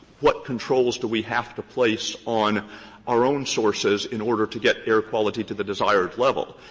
what controls do we have to place on our own sources in order to get air quality to the desired level?